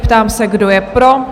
Ptám se, kdo je pro?